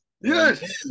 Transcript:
Yes